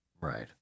Right